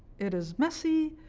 it is messy.